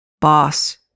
Boss